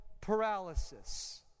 paralysis